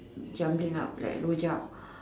jumbling up like rojak